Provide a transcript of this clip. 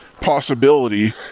possibility